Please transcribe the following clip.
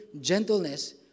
gentleness